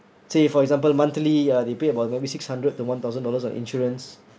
say for example monthly uh they pay about maybe six hundred to one thousand dollars of insurance